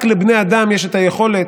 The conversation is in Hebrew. רק לבני אדם יש את היכולת,